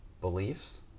beliefs